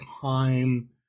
time